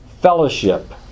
fellowship